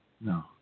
No